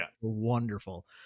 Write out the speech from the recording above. wonderful